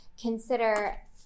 consider